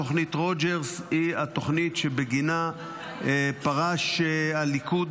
תוכנית רוג'רס היא התוכנית שבגינה פרש הליכוד